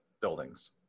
buildings